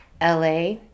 LA